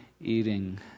eating